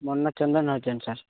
ମୋ ନାଁ ଚନ୍ଦନ ହରିଜନ ସାର୍